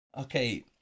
Okay